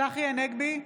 צחי הנגבי,